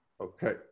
Okay